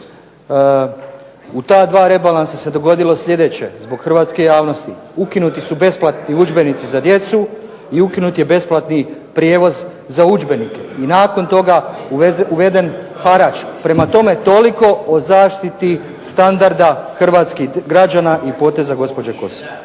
U ta dva rebalansa se dogodilo sljedeće, zbog hrvatske javnosti. Ukinuti su besplatni udžbenici za djecu, i ukinut je besplatni prijevoz za udžbenike, i nakon toga uveden harač. Prema tome toliko o zaštiti standarda hrvatskih građana i poteza gospođe Kosor.